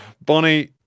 Bonnie